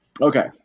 okay